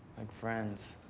like friends.